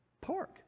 Pork